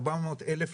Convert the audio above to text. ארבע מאות אלף,